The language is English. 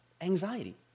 anxiety